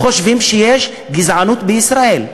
חושבים שיש גזענות בישראל,